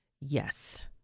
yes